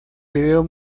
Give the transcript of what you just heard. video